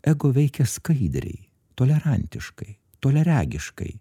ego veikia skaidriai tolerantiškai toliaregiškai